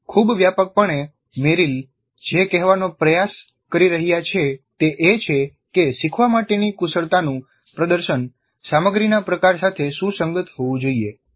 ખૂબ વ્યાપકપણે મેરિલ જે કહેવાનો પ્રયાસ કરી રહ્યા છે તે એ છે કે શીખવા માટેની કુશળતાનું પ્રદર્શન સામગ્રીના પ્રકાર સાથે સુસંગત હોવું જોઈએ